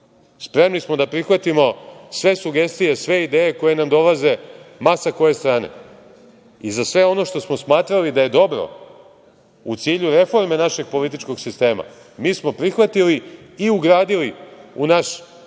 spremni smo da prihvatimo sve sugestije, sve ideje koje nam dolaze ma sa koje strane i za sve ono što smo smatrali da je dobro u cilju reforme našeg političkog sistema. Mi smo prihvatili i ugradili u naše